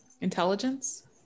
Intelligence